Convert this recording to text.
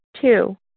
Two